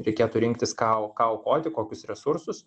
reikėtų rinktis ką ką aukoti kokius resursus